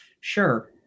sure